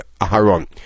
Aharon